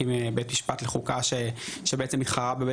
הקים בית משפט לחוקה שבעצם התחרה בבית